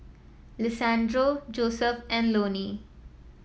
Lisandro Joseph and Loni